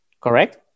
correct